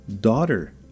daughter